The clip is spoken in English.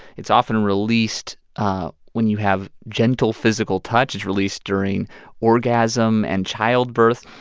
it's often released when you have gentle physical touch. it's released during orgasm and childbirth.